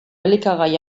elikagai